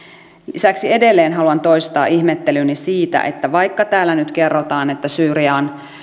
lisäksi edelleen haluan toistaa ihmettelyni siitä että vaikka täällä nyt kerrotaan että syyrian